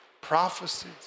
prophecies